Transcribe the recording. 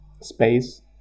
space